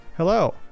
Hello